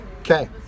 Okay